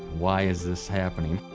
why is this happening?